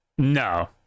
No